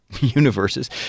universes